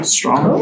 strong